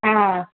ஆ